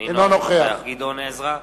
אינו נוכח גדעון עזרא,